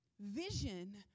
Vision